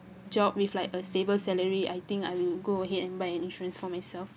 job with like a stable salary I think I will go ahead and buy an insurance for myself